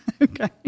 okay